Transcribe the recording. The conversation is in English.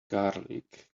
garlic